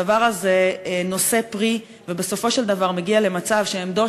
הדבר הזה נושא פרי ובסופו של דבר מגיעים למצב שעמדות